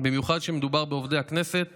במיוחד כשמדובר בעובדי הכנסת